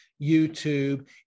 YouTube